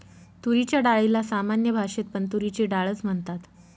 तुरीच्या डाळीला सामान्य भाषेत पण तुरीची डाळ च म्हणतात